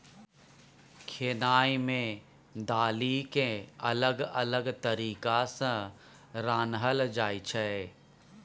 खेनाइ मे दालि केँ अलग अलग तरीका सँ रान्हल जाइ छै